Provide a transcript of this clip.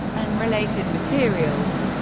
and related materials.